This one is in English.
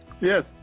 Yes